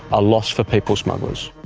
a loss for people smugglers.